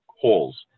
holes